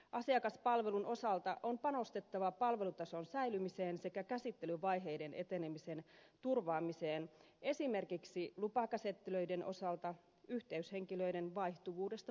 asiakaspalvelun osalta on panostettava palvelutason säilymiseen sekä käsittelyvaiheiden etenemisen turvaamiseen esimerkiksi lupakäsittelyiden osalta yhteyshenkilöiden vaihtuvuudesta huolimatta